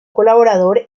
colaborador